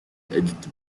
edged